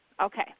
Okay